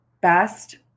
best